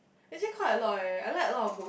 actually quite a lot eh I like a lot of books